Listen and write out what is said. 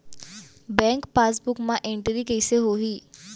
Bank passbook मा entry कइसे होही?